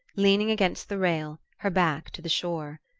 leaning against the rail, her back to the shore.